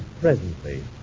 presently